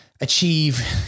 achieve